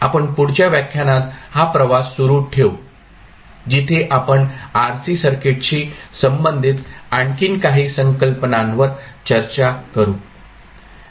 आपण पुढच्या व्याख्यानात हा प्रवास सुरू ठेऊ जिथे आपण RC सर्किटशी संबंधित आणखी काही संकल्पनांवर चर्चा करू